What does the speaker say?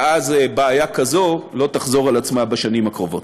ואז בעיה כזאת לא תחזור בשנים הקרובות.